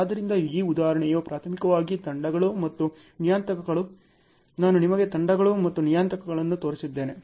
ಆದ್ದರಿಂದ ಈ ಉದಾಹರಣೆಯು ಪ್ರಾಥಮಿಕವಾಗಿ ತಂಡಗಳು ಮತ್ತು ನಿಯತಾಂಕಗಳು ನಾನು ನಿಮಗೆ ತಂಡಗಳು ಮತ್ತು ನಿಯತಾಂಕಗಳನ್ನು ತೋರಿಸಿದ್ದೇನೆ